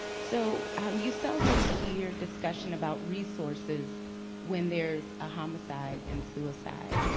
so, how you seldom hear discussion about resources when there's a homicide and suicide.